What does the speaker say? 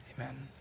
amen